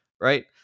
right